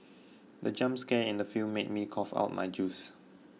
the jump scare in the film made me cough out my juice